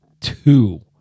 two